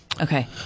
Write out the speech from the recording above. Okay